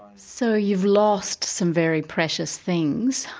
so you've lost some very precious things,